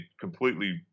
completely